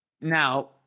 now